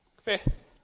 Fifth